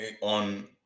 on